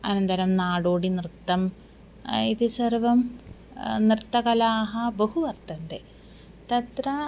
अनन्तरं नाडोडिनृत्तम् इति सर्वाः नृत्तकलाः बह्व्यः वर्तन्ते तत्र